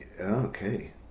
okay